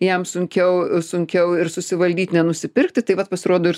jam sunkiau sunkiau ir susivaldyt nenusipirkti taip vat pasirodo ir